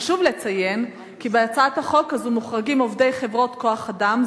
חשוב לציין כי בהצעת החוק הזו מוחרגים עובדי חברות כוח-אדם,